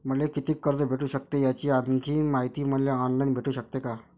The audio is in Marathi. मले कितीक कर्ज भेटू सकते, याची आणखीन मायती मले ऑनलाईन भेटू सकते का?